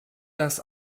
das